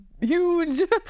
huge